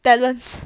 balanced